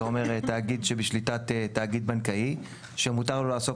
זה אומר תאגיד שבשליטת תאגיד בנקאי שמותר לו לעסוק